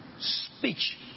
speech